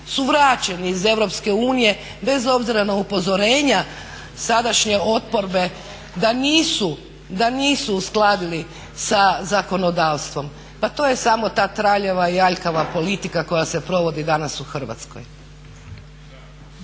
su vraćeni iz Europske unije bez obzira na upozorenja sadašnje oporbe da nisu uskladili sa zakonodavstvom. Pa to je samo ta traljava i aljkava politika koja se provodi danas u Hrvatskoj.